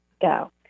go